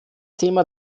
thema